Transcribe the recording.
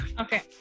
okay